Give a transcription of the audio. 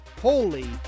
Holy